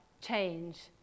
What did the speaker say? change